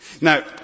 Now